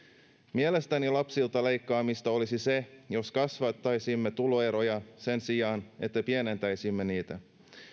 mielestäni lapsilta leikkaamista olisi se jos kasvattaisimme tuloeroja sen sijaan että pienentäisimme niitä